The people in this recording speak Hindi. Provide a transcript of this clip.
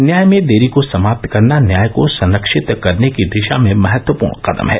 न्याय में देरी को समाप्त करना न्याय को संरक्षित करने की दिशा में महत्वपूर्ण कदम है